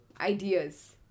ideas